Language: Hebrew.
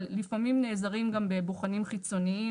אבל לפעמים נעזרים גם בבוחנים חיצוניים